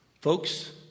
Folks